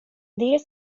diris